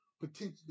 potentially